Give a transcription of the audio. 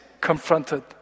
confronted